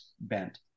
bent